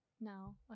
No